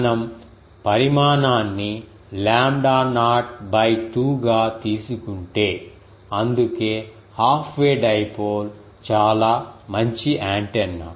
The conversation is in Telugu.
మనం పరిమాణాన్ని లాంబ్డా నాట్ 2 గా తీసుకుంటే అందుకే హాఫ్ వే డైపోల్ చాలా మంచి యాంటెన్నా